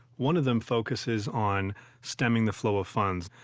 one of them focuses on stemming the flow of funds.